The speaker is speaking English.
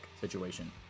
situation